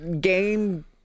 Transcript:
game